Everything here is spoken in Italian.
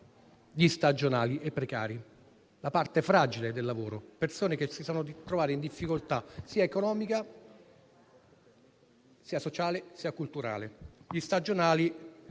gli stagionali e i precari, la parte fragile del lavoro; persone che si sono trovate in difficoltà economica, sociale e culturale. Gli stagionali